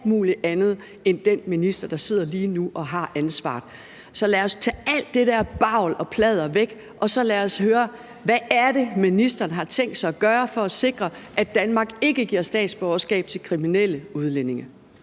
muligt andet end den minister, der sidder lige nu og har ansvaret. Så lad os tage alt det der bavl og pladder væk, og lad os høre: Hvad er det, ministeren har tænkt sig at gøre for at sikre, at Danmark ikke giver statsborgerskab til kriminelle udlændinge?